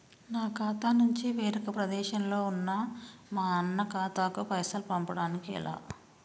నా ఖాతా నుంచి వేరొక ప్రదేశంలో ఉన్న మా అన్న ఖాతాకు పైసలు పంపడానికి ఎలా?